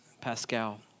Pascal